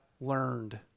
learned